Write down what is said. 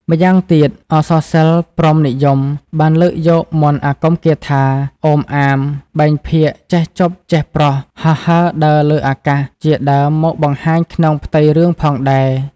ម្យ៉ាងទៀត អក្សរសិល្ប៍ព្រហ្មនិយមបានលើកយកមន្តអាគមគាថា ឩមអាម បែងភាគ ចេះជប ចេះប្រស់ ហោះហើរដើរលើអាកាស ជាដើមមកបង្ហាញក្នុងផ្ទៃរឿងផងដែរ។